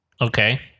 Okay